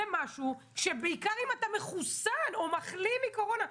זה משהו שבעיקר אם אתה מחוסן או מחלים מקורונה.